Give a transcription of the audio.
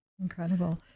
Incredible